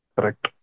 Correct